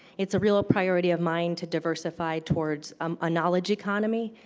it's a real ah priority of mind to diversify towards um a knowledge economy.